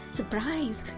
Surprise